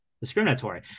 discriminatory